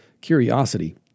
Curiosity